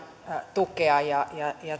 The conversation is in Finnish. tukea